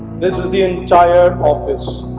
this is the entire office